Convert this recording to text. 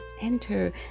enter